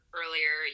earlier